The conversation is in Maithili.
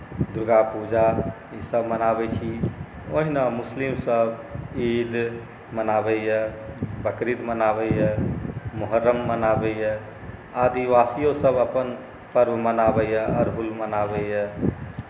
दुर्गा पूजा ईसभ मनाबैत छी ओहिना मुस्लिमसभ ईद मनाबैए बकरीद मनाबैए मुहर्रम मनाबैए आदिवासियोसभ अपन पर्व मनाबैए अरहुल मनाबैए